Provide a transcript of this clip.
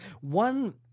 one